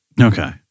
Okay